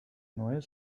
neue